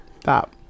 Stop